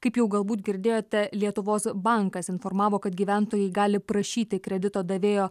kaip jau galbūt girdėjote lietuvos bankas informavo kad gyventojai gali prašyti kredito davėjo